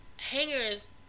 hangers